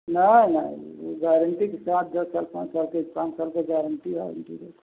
नहीं नहीं गैरन्टी के साथ दस साल पाँच साल के पाँच साल का गारंटी वारंटी देते